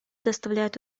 доставляет